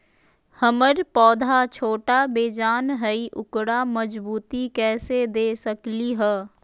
हमर पौधा छोटा बेजान हई उकरा मजबूती कैसे दे सकली ह?